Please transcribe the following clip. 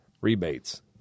Rebates